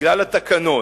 בגלל התקנון.